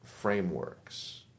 frameworks